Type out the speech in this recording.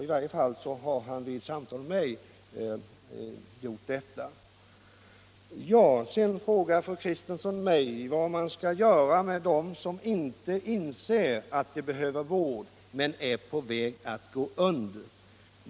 I varje fall har han vid ett samtal med mig gjort det. Sedan frågade fru Kristensson mig vad man skall göra med dem som är på väg att gå under men som inte inser att de behöver vård.